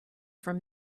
from